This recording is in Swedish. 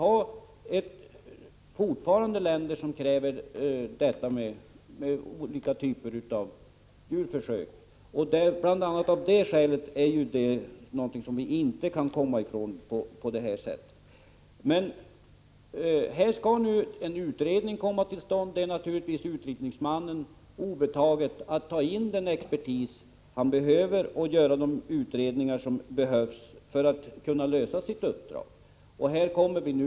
Det finns fortfarande länder som kräver olika typer av djurförsök. Bl. a. av det skälet går det inte med den ifrågavarande lösningen. Men nu blir det alltså en utredning, och det är naturligtvis utredningsmannen obetaget att ta in den nödvändiga expertisen och göra alla de utredningar som behövs för att uppdraget skall kunna lösas.